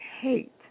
hate